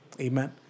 Amen